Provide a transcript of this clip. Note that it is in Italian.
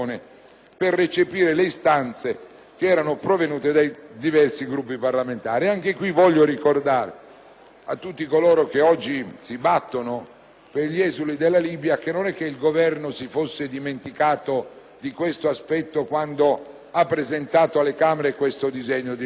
e recepisce le istanze provenienti da diversi Gruppi parlamentari. Anche qui voglio ricordare a tutti coloro che oggi si battono per gli esuli della Libia che il Governo non si era dimenticato di questo aspetto quando ha presentato alle Camere questo disegno di legge.